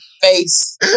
face